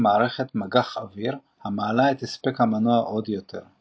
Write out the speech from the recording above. מערכת מגח-אוויר המעלה את הספק המנוע עוד יותר.